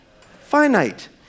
Finite